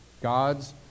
God's